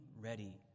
ready